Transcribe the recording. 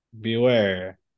beware